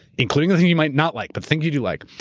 including the thing you might not like, but things you do like,